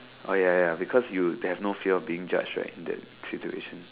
ya ya ya because you have no fear of being judged right that trip to Asia